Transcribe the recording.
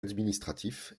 administratif